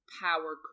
power